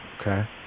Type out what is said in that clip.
okay